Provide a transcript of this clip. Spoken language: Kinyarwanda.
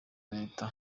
leta